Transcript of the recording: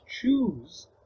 choose